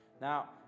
Now